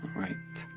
right.